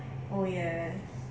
oh yes